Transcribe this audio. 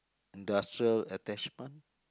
industrial attachment